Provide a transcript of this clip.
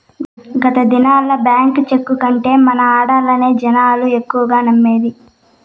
గత దినాల్ల బాంకీ చెక్కు కంటే మన ఆడ్డర్లనే జనాలు ఎక్కువగా నమ్మేది